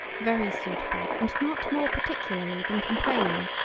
very suitable and not more particularly than complaining,